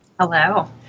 Hello